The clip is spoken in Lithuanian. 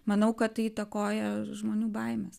manau kad tai įtakoja žmonių baimes